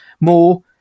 more